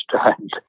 understand